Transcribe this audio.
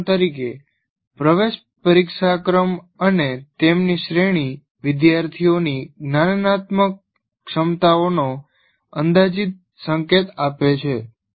ઉદાહરણ તરીકે પ્રવેશ પરીક્ષા ક્રમ અને તેમની શ્રેણી વિદ્યાર્થીઓની જ્ઞાનનાત્મક ક્ષમતાઓનો અંદાજિત સંકેત આપે છે